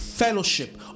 Fellowship